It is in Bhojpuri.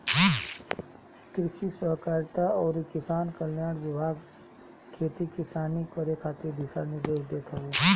कृषि सहकारिता अउरी किसान कल्याण विभाग खेती किसानी करे खातिर दिशा निर्देश देत हवे